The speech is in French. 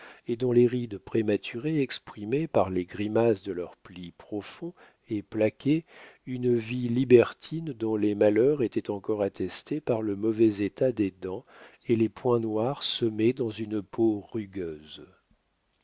et dont les rides prématurées exprimaient par les grimaces de leurs plis profonds et plaqués une vie libertine dont les malheurs étaient encore attestés par le mauvais état des dents et les points noirs semés dans une peau rugueuse